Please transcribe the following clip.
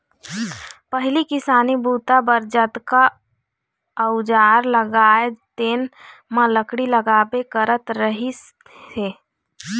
पहिली किसानी बूता बर जतका अउजार लागय तेन म लकड़ी लागबे करत रहिस हे